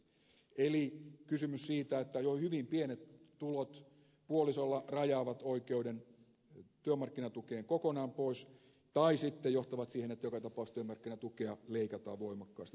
eli kysymys on siitä että jo hyvin pienet tulot puolisolla rajaavat oikeuden työmarkkinatukeen kokonaan pois tai sitten johtavat siihen että joka tapauksessa työmarkkinatukea leikataan voimakkaasti